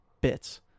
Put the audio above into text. bits